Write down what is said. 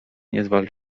niezwal